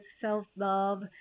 self-love